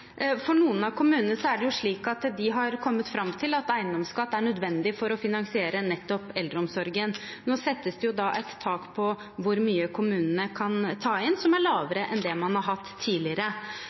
For noen av kommunene er det slik at de har kommet fram til at eiendomsskatt er nødvendig for å finansiere nettopp eldreomsorgen. Nå settes det jo et tak på hvor mye kommunene kan ta inn, som er lavere enn det man har hatt tidligere.